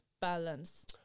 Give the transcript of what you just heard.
balance